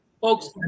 Folks